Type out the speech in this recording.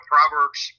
Proverbs